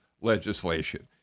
legislation